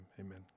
Amen